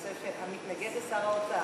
המתנגד הוא שר האוצר.